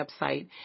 website